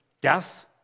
death